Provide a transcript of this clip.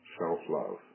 self-love